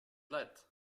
let